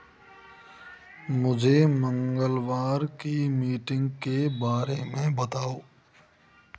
मुझे मंगलवार की मीटिंग के बारे में बताओ